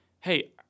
hey